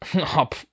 up